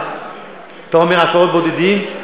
שטרן, שטרן, אתה, אתה כראש אכ"א, סיימת את השאלה.